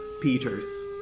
Peters